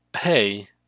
hey